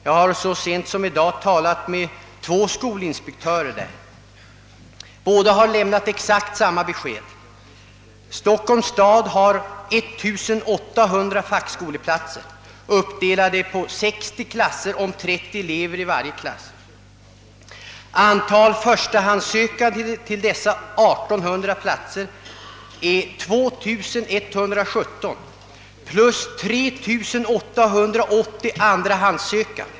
Jag har så sent som i dag talat med två skolinspektörer där, och båda har lämnat exakt samma besked: Stockholms stad har 1800 fackskoleplatser, uppdelade på 60 klasser om 30 elever i varje klass. Antalet förstahandssökande till dessa 1800 platser är 2117, plus 3 880 andrahandssökande.